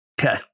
Okay